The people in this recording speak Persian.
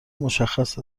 مشخص